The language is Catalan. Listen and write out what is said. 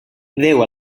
déu